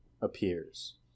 Appears